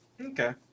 Okay